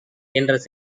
என்ற